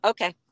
Okay